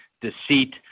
deceit